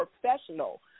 professional